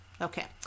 Okay